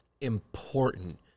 important